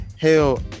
hell